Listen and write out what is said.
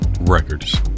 Records